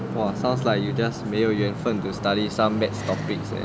!wah! sounds like you just 没有缘分 to study some mixed topics leh